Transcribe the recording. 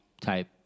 type